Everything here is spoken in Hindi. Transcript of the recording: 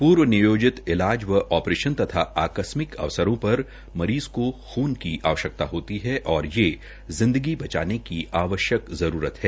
पूर्व नियोजित ईलाज व आप्रेशन तथा आकस्मिक अवसरों पर मरीज़ को खून की आवश्यक्ता होती है और ये जिदंगी बचाने की आवश्यक जरूरत है